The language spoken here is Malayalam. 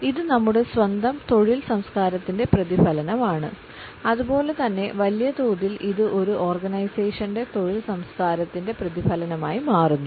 ഇത് നമ്മുടെ സ്വന്തം തൊഴിൽ സംസ്കാരത്തിന്റെ പ്രതിഫലനമാണ് അതുപോലെ തന്നെ വലിയ തോതിൽ ഇത് ഒരു ഓർഗനൈസേഷന്റെ തൊഴിൽ സംസ്കാരത്തിന്റെ പ്രതിഫലനമായി മാറുന്നു